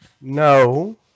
No